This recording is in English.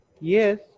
Yes